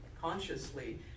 consciously